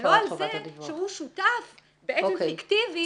אבל לא על זה שהוא שותף בעצם פיקטיבי